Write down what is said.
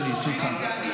שלי, סליחה.